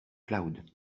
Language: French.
cloud